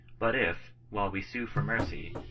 but if, while we sue for mercy,